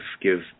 give